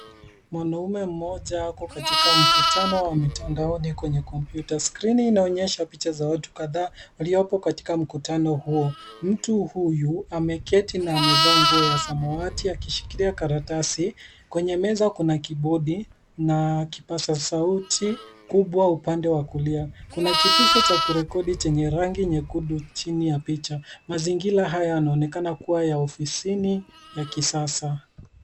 Mwanammee mmoja ako kwa mkutano wa mtandaoni kwenye kompyuta. Skrini inaonyesha picha ya watu kadha waliopo katika mkutano huo. Mtu huyu, ameketi na amevaa nguo ya samawati akishikilia karatasi. Kwenye meza kuna kibodi na kipasa sauti kubwa upande wa kulia kuna kitufe cha kurekodi chenye rangi nyekundu chini ya picha. Mzingira haya yanaonekana kuwa ya ofisini ya kisasa.